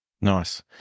nice